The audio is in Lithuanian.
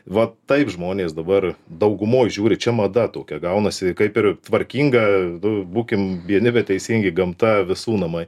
va taip žmonės dabar daugumoj žiūri čia mada tokia gaunasi kaip ir tvarkinga nu būkim biedni bet teisingi gamta visų namai